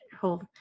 whole